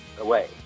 away